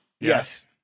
Yes